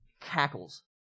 cackles